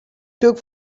took